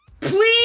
please